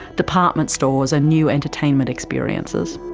department stores and new entertainment experiences.